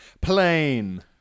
Plain